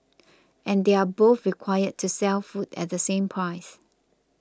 and they're both required to sell food at the same price